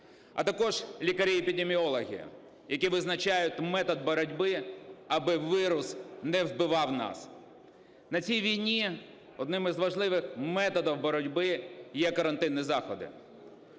а також лікарі-епідеміологи, які визначають метод боротьби, аби вірус не вбивав нас. На цій війні одним із важливих методів боротьби є карантинні заходи.